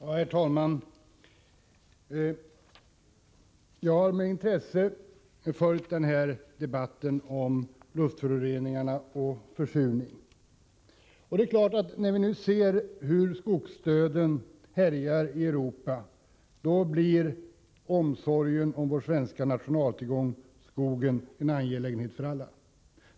Herr talman! Jag har med intresse följt den här debatten om luftföreningar och försurning. När vi nu ser hur skogsdöden härjar i Europa är det klart att omsorgen om vår svenska nationaltillgång, skogen, blir en angelägenhet för alla.